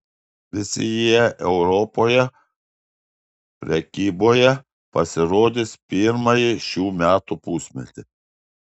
visi jie europoje prekyboje pasirodys pirmąjį šių metų pusmetį